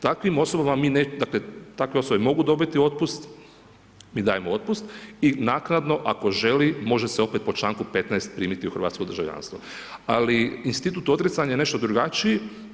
Takvim osobama, dakle, takve osobe mogu dobiti otpust i dajemo otpust i naknadno, ako želi, može se opet po čl. 15 primiti u hrvatsko državljanstvo, ali institut odricanja je nešto drugačiji.